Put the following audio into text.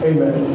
Amen